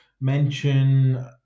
mention